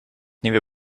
nieuwe